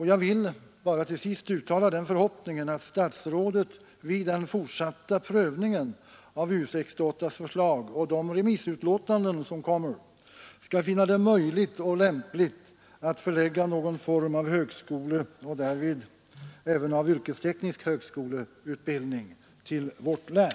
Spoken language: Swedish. Jag vill till sist bara uttala den förhoppningen att statsrådet vid den fortsatta prövningen av U68:s förslag och de remissutlåtanden som kommer skall finna det möjligt och lämpligt att förlägga någon form av högskoleutbildning, och därvid även av yrkesteknisk högskoleutbildning, till vårt län.